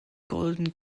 golden